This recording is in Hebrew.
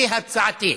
כהצעתי.